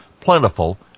plentiful